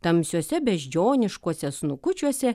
tamsiuose beždžioniškuose snukučiuose